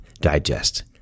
Digest